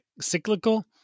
cyclical